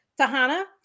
Tahana